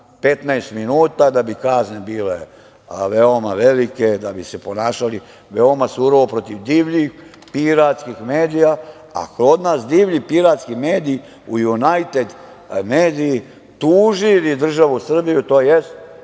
15 minuta, da bi kazne bile veoma velike, da bi se ponašali veoma surovo protiv divljih, piratskih medija, a kod nas divlji, piratski mediji u „Junajted mediji“, tužili državu Srbiju, tj.